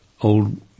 old